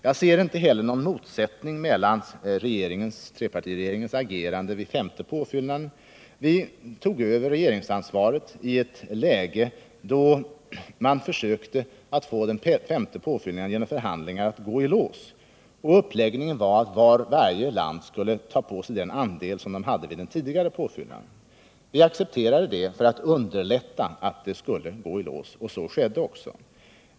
Jag ser inte något fel i trepartiregeringens agerande vid den femte påfyllnaden. Vi tog över regeringsansvaret i ett läge då man genom förhandlingar försökte att få den femte påfyllnaden att gå i lås. Uppläggningen var att varje land skulle ta på sig den andel som det hade i den tidigare påfyllnaden. Vi accepterade detta för att underlätta att påfyllnaden skulle gå i lås — och så skedde också.